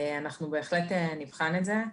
אנחנו בהחלט נבחן את זה,